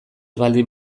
baldin